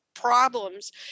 Problems